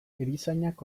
erizainak